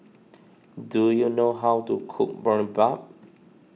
do you know how to cook Boribap